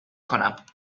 کنم